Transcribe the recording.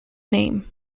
name